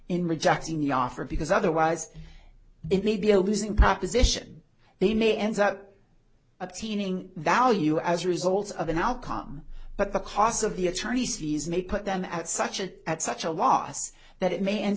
in rejecting the offer because otherwise it may be a losing proposition they may end up obscene ng value as a result of an outcome but the cost of the attorney's fees may put them at such a at such a loss that it may end